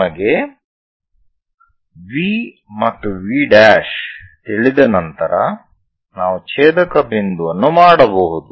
ನಮಗೆ V ಮತ್ತು V ತಿಳಿದ ನಂತರ ನಾವು ಛೇದಕ ಬಿಂದುವನ್ನು ಮಾಡಬಹುದು